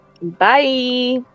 Bye